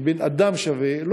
כבן-אדם שווה,